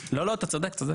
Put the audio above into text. לא, לא, אתה צודק, כן.